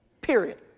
Period